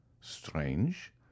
Strange